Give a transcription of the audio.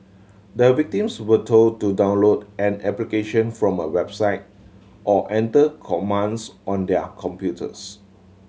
the victims were told to download an application from a website or enter commands on their computers